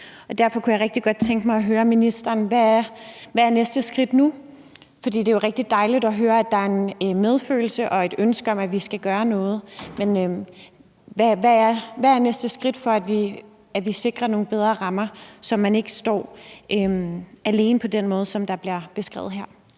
Derfor kunne jeg rigtig godt tænke mig at høre ministeren, hvad næste skridt nu er. For det er jo rigtig dejligt at høre, at der er en medfølelse og et ønske om, at vi skal gøre noget, men hvad er næste skridt, for at vi sikrer nogle bedre rammer, så man ikke står alene på den måde, som bliver beskrevet her?